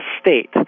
state